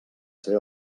ser